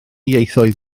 ieithoedd